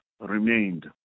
remained